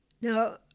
Now